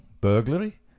burglary